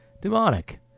demonic